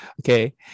Okay